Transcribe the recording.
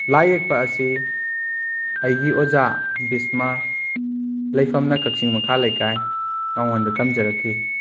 ꯂꯥꯏꯌꯦꯛꯄ ꯑꯁꯤ ꯑꯩꯒꯤ ꯑꯣꯖꯥ ꯕꯤꯁꯃ ꯂꯩꯐꯝꯅ ꯀꯛꯆꯤꯡ ꯃꯈꯥ ꯂꯩꯀꯥꯏ ꯃꯉꯣꯟꯗ ꯇꯝꯖꯔꯛꯈꯤ